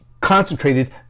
concentrated